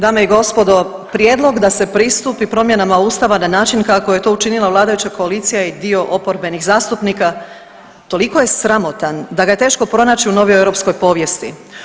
Dame i gospodo, Prijedlog da se pristupi promjenama Ustava na način kako je to učinila vladajuća koalicija i dio oporbenih zastupnika toliko je sramotan da ga je teško proći u novijoj europskoj povijesti.